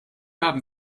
haben